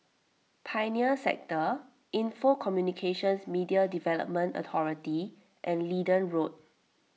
Pioneer Sector Info Communications Media Development Authority and Leedon Road